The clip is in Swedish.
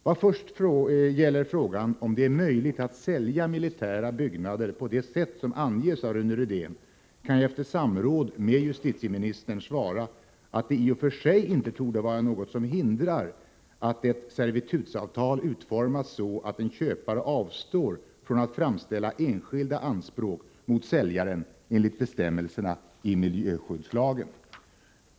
Vad först gäller frågan om det är möjligt att sälja militära byggnader på det sätt som anges av Rune Rydén kan jag efter samråd med justitieministern svara att det i och för sig inte torde vara något som hindrar att ett servitutsavtal utformas så att en köpare avstår från att framställa enskilda anspråk mot säljaren enligt bestämmelserna i miljöskyddslagen.